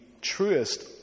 truest